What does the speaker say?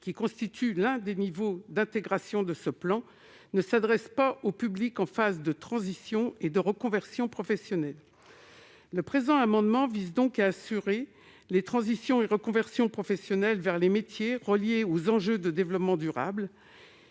qui constituent l'un des niveaux d'intégration de ce plan, ne s'adressent pas au public en phase de transition et de reconversion professionnelle. Le présent amendement vise à garantir les transitions et reconversions professionnelles vers les métiers liés aux enjeux du développement durable.